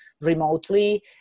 remotely